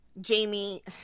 Jamie